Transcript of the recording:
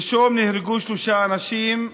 שלשום נהרגו שלושה אנשים,